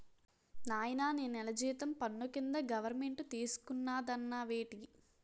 నాయనా నీ నెల జీతం పన్ను కింద గవరమెంటు తీసుకున్నాదన్నావేటి